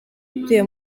utuye